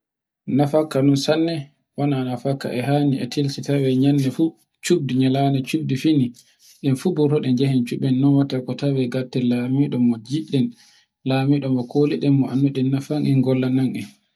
No fakka no sanne huna no fakke e hani e tijjita nyamde fu cuddu nyanden fu cuddu fini. En fuburoɓen jehen cuden jehen no watta ko tawen gatte lamidon mo ngidden, lamodo mo koliden. Mo anndu den nafa en gollanan en